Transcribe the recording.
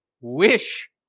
Wish